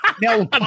no